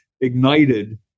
ignited